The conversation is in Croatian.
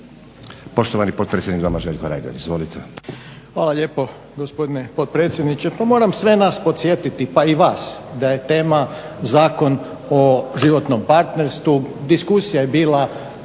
Poštovani potpredsjednik Doma Željko Reiner. Izvolite.